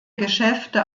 geschäfte